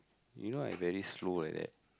you know I very slow like that